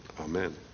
amen